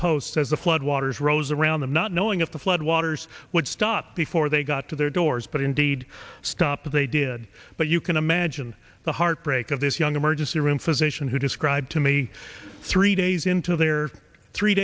posts as the floodwaters rose around them not knowing if the floodwaters would stop before they got to their doors but indeed stopped as they did but you can imagine the heartbreak of this young emergency room physician who described to me three days into their three